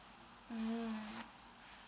mm